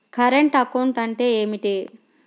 Current account అంటే ఏమిటి?